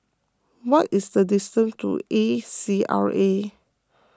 what is the distance to A C R A